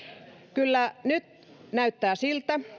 kyllä nyt näyttää siltä